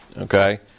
okay